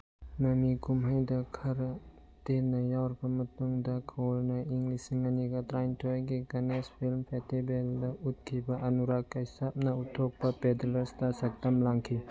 ꯃꯃꯤ ꯀꯨꯝꯍꯩꯗ ꯈꯔ ꯇꯦꯟꯅ ꯌꯥꯎꯔꯕ ꯃꯇꯨꯡꯗ ꯀꯣꯔꯅ ꯏꯪ ꯂꯤꯁꯤꯡ ꯑꯅꯤꯒ ꯇꯔꯥꯅꯤꯊꯣꯏꯒꯤ ꯒꯅꯦꯁ ꯐꯤꯂꯝ ꯐꯦꯁꯇꯤꯕꯦꯜꯗ ꯎꯠꯈꯤꯕ ꯑꯅꯨꯔꯥꯒ ꯀꯩꯁꯥꯞꯅ ꯎꯠꯊꯣꯛꯄ ꯄꯦꯗꯂꯔꯁꯇ ꯁꯛꯇꯝ ꯂꯥꯡꯈꯤ